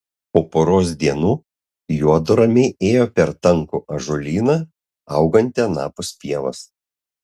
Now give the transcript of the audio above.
po poros dienų juodu ramiai ėjo per tankų ąžuolyną augantį anapus pievos